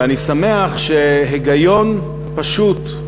ואני שמח שהיגיון פשוט,